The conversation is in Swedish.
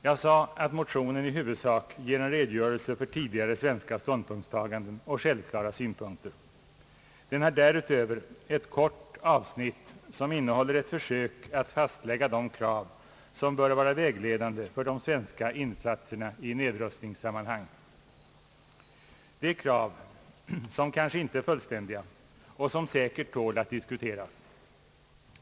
Jag sade att motionen i huvudsak ger en redogörelse för tidigare svenska ståndpunktstaganden och självklara synpunkter. Den har därutöver ett kort avsnitt som innehåller ett försök att fastlägga de krav som bör vara vägledande för de svenska insatserna i nedrustningssammanhang. Det är krav som kanske inte är fullständiga och som säkert tål att diskuteras.